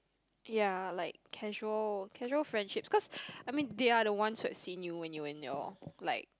ya like casual casual friendships cause I mean they are the ones whom had seen you in you in your like